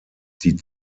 die